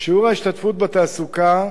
שיעור ההשתתפות בתעסוקה,